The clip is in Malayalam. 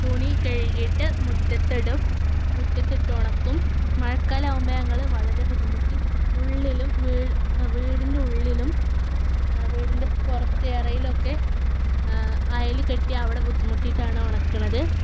തുണി കഴുകിയിട്ട് മുറ്റത്തിടും മുറ്റത്തിട്ട് ഉണക്കും മഴക്കാലം ആവുമ്പോൾ ഞങ്ങൾ വളരെ ബുദ്ധിമുട്ടി ഉള്ളിലും വീ വീടിൻറെ ഉള്ളിലും വീടിന്റെ പുറത്ത് ഇറയിലൊക്കെ അയയിൽ കെട്ടി അവിടെ ബുദ്ധിമുട്ടിയിട്ടാണ് ഉണക്കുന്നത്